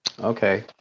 okay